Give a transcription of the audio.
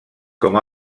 com